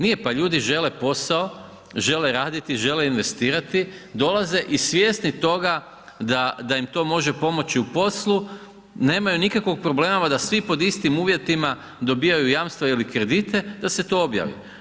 Nije, pa ljudi žele posao, žele raditi, žele investirati, dolaze i svjesni toga da im to može pomoći u poslu, nemaju nikakvog problema da svi pod istim uvjetima dobivaju jamstva ili kredite, da se to objavi.